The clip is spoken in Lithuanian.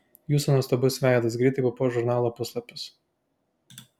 jūsų nuostabus veidas greitai papuoš žurnalo puslapius